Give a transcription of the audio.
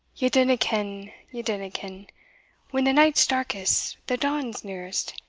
ye dinna ken ye dinna ken when the night's darkest, the dawn's nearest.